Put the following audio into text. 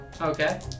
Okay